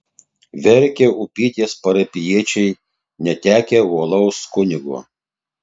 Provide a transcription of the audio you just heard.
verkia upytės parapijiečiai netekę uolaus kunigo